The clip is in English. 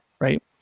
right